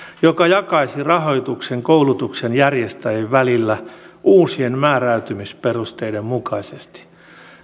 joka jakaisi rahoituksen koulutuksen järjestäjien välillä uusien määräytymisperusteiden mukaisesti